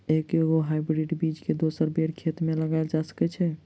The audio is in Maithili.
एके गो हाइब्रिड बीज केँ दोसर बेर खेत मे लगैल जा सकय छै?